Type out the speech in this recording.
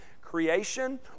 creation